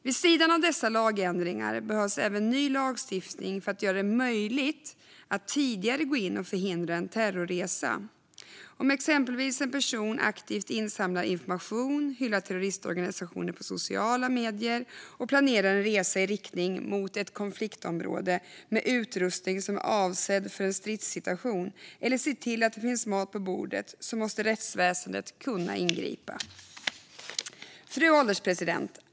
Vid sidan av dessa lagändringar behövs även ny lagstiftning för att göra det möjligt att tidigare gå in och förhindra en terrorresa. Om en person exempelvis aktivt insamlar information, hyllar terrororganisationer på sociala medier och planerar en resa i riktning mot ett konfliktområde med utrustning som är avsedd för en stridssituation eller för att se till att terroristerna har mat på bordet måste rättsväsendet kunna ingripa. Fru ålderspresident!